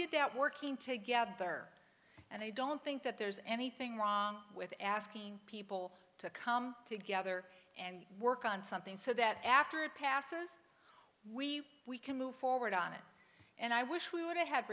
did that working together and i don't think that there's anything wrong with asking people to come together and work on something so that after it passes we we can move forward on it and i wish we would